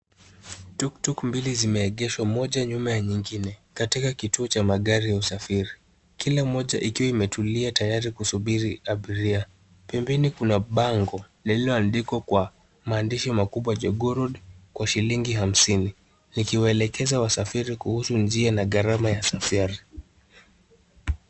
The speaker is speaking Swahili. Tuktuk mbili zimeegeshwa, moja nyuma ya nyingine, katika kituo cha magari ya usafiri. Kila moja ikiwa imetulia tayari kusubiri abiria, pembeni kuna bango, lililoandikwa maandishi makubwa Jogoo road kwa shilingi hamsini. Likiwaelekeza wasafiri kuhusu njia na gharama ya safari.